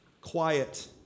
Quiet